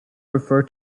refer